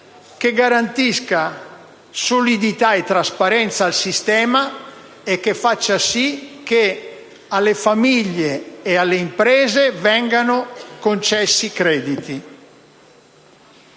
che garantisca solidità e trasparenza al sistema e che faccia sì che alle famiglie e alle imprese vengano concessi crediti.